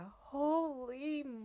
Holy